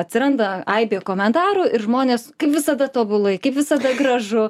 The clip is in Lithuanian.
atsiranda aibė komentarų ir žmonės kaip visada tobulai kaip visada gražu